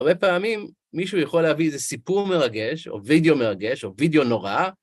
הרבה פעמים מישהו יכול להביא איזה סיפור מרגש, או וידאו מרגש, או וידאו נורא,